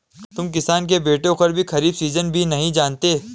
तुम किसान के बेटे होकर भी खरीफ सीजन भी नहीं जानते